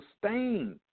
sustain